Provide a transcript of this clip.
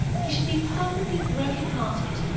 he should be perfectly broken-hearted,